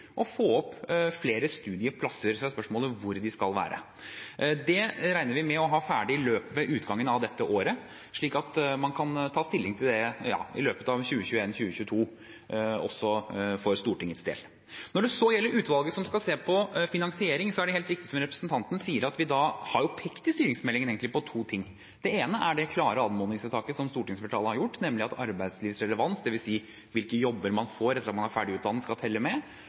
få opp flere studieplasser. Så er spørsmålet hvor de skal være. Det regner vi med å ha ferdig i løpet av utgangen av dette året, slik at man kan ta stilling til det i løpet av 2021/2022 også for Stortingets del. Når det så gjelder utvalget som skal se på finansiering, er det helt riktig som representanten sier, at vi har pekt i styringsmeldingen egentlig på to ting. Det ene er det klare anmodningsvedtaket som stortingsflertallet har gjort, nemlig at arbeidslivsrelevans, dvs. hvilke jobber man får etter at man er ferdig utdannet, skal telle med,